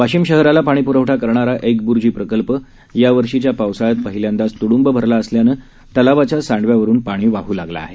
वाशिम शहराला पाणीपुरवठा करणारा ऐकबुर्जी प्रकल्प या वर्षीच्या पावसाळ्यात पहिल्यांदाच तुडुंब भरला असल्यानं तलावाच्या सांडव्या वरून पाणी वाह लागलं आहे